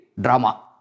drama